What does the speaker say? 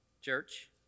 church